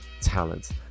talents